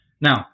Now